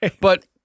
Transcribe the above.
But-